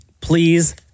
please